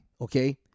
Okay